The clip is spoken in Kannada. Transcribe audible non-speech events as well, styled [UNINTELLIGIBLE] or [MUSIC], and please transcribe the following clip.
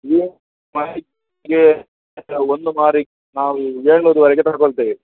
[UNINTELLIGIBLE] ಒಂದು ಮಾರಿಗೆ ನಾವು ಏಳ್ನೂರ ವರೆಗೆ ತಗೊಳ್ತೇವೆ